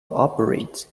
operates